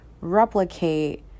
replicate